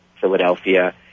Philadelphia